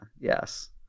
yes